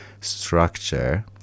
structure